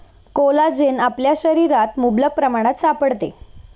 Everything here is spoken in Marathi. कोलाजेन आपल्या शरीरात मुबलक प्रमाणात सापडते